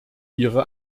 ihre